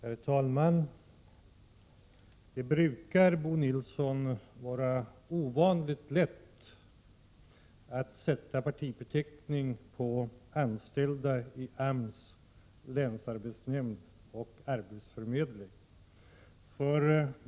Herr talman! Det brukar, Bo Nilsson, vara ovanligt lätt att sätta 13 april 1988 partibeteckning på anställda i AMS, länsarbetsnämnder och arbetsförmedling.